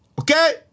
okay